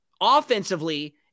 offensively